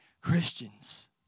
Christians